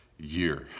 year